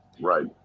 Right